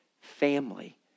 family